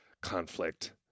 conflict